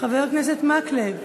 חבר הכנסת מקלב?